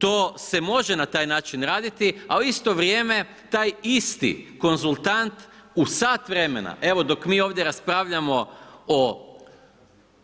To se može na taj način raditi, a u isto vrijeme taj isti konzultant u sat vremena Evo dok mi ovdje raspravljamo o